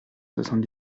soixante